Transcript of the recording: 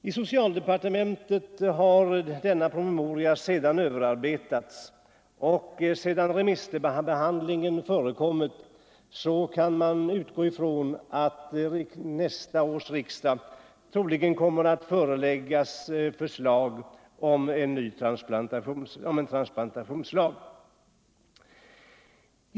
I socialdepartementet har denna promemoria överarbetats, och man kan utgå från att sedan remissbehandlingen avslutats kommer troligen nästa års riksdag att föreläggas förslag om en transplantationslag.